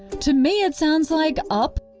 to me it sounds like up,